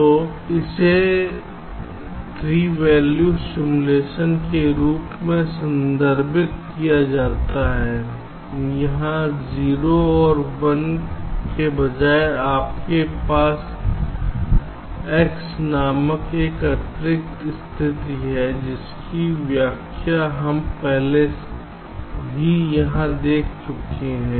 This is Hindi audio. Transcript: तो इसे 3 वैल्यूड सिमुलेशन के रूप में संदर्भित किया जाता है जहां 0 और 1 के बजाय आपके पास x नामक एक अतिरिक्त स्थिति है जिसकी व्याख्या हम पहले ही यहां देख चुके हैं